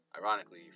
ironically